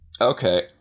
Okay